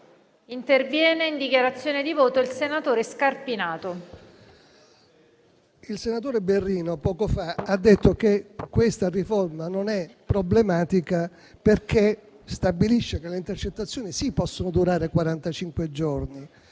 il senatore Berrino ha detto che questa riforma non è problematica perché stabilisce che le intercettazioni possono, sì, durare